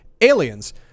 Aliens